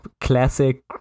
classic